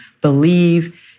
believe